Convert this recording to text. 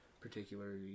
particularly